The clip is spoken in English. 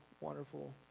wonderful